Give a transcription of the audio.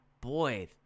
boy